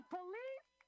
police